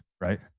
right